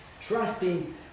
trusting